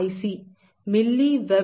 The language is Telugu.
778 Ia 0